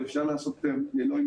בשכבת ד' כיתה אחת.